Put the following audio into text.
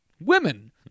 women